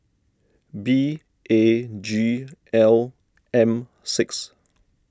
B A G L M six